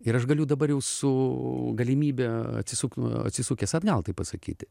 ir aš galiu dabar jau su galimybe atsisukt atsisukęs atgal taip pasakyti